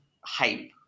hype